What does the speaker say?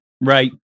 Right